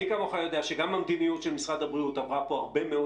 מי כמוך יודע שגם המדיניות של משרד הבריאות עברה פה הרבה מאוד